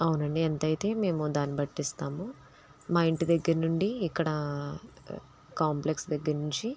అవునండి ఎంతయితే మేము దాన్ని బట్టి ఇస్తాము మా ఇంటి దగ్గిర నుండి ఇక్కడా కాంప్లెక్స్ దగ్గర నుంచి